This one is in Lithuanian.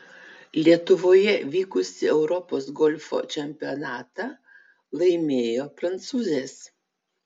lietuvoje vykusį europos golfo čempionatą laimėjo prancūzės